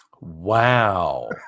Wow